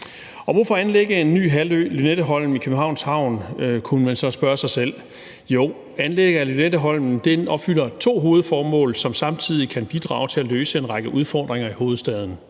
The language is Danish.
Hvorfor anlægge en ny halvø, Lynetteholm, i Københavns Havn? kunne man så spørge sig selv. Jo, anlæg af Lynetteholmen opfylder to hovedformål, som samtidig kan bidrage til at løse en række udfordringer i hovedstaden.